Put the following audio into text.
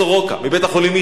מבית-החולים "איכילוב"